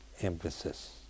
Emphasis